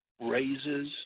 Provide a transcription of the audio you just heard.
raises